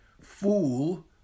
fool